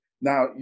Now